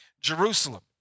Jerusalem